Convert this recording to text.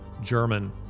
German